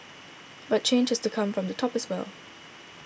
but change has to come from the top as well